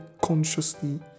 consciously